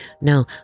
No